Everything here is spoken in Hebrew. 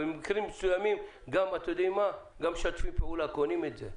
ובמקרים מסוימים גם משתפים פעולה וקונים את זה.